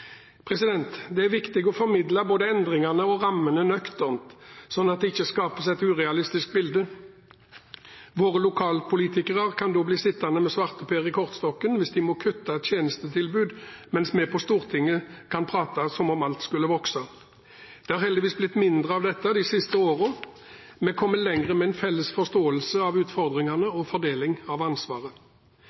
Det er viktig å formidle både endringene og rammene nøkternt, slik at det ikke skapes et urealistisk bilde. Våre lokalpolitikere kan da bli sittende med svarteper i kortstokken hvis de må kutte i tjenestetilbudet, mens vi på Stortinget kan prate som om alt skulle vokse. Det har heldigvis blitt mindre av dette de siste årene. Vi kommer lenger med en felles forståelse av utfordringene og fordeling av ansvaret.